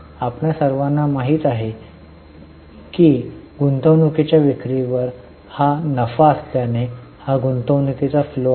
आपणा सर्वांना माहित आहे की गुंतवणूकीच्या विक्रीवर हा नफा असल्याने हा गुंतवणूकीचा फ्लोआहे